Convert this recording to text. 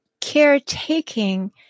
caretaking